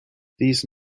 these